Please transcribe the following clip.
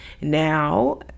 now